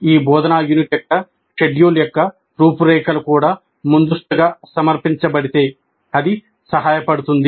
ఈ బోధనా యూనిట్ యొక్క షెడ్యూల్ యొక్క రూపురేఖలు కూడా ముందస్తుగా సమర్పించబడితే అది సహాయపడుతుంది